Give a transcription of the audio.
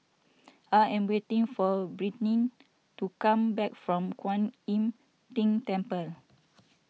I am waiting for Brittni to come back from Kwan Im Tng Temple